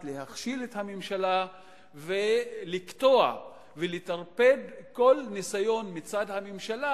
להכשיל את הממשלה ולקטוע ולטרפד כל ניסיון מצד הממשלה,